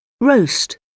Roast